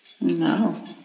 No